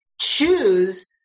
choose